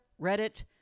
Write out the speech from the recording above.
Reddit